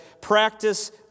practice